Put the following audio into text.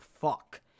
Fuck